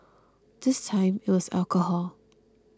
this time it was alcohol